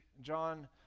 john